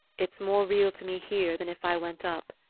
it's more real to me here than if i went up,